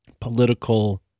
political